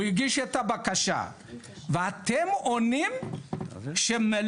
והוא הגיש את הבקשה ואתם עונים שמליסה